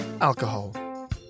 alcohol